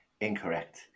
Incorrect